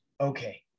Okay